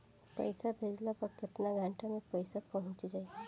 पैसा भेजला पर केतना घंटा मे पैसा चहुंप जाई?